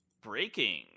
breaking